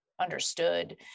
understood